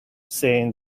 saying